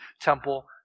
temple